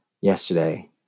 yesterday